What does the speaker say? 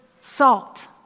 salt